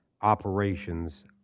operations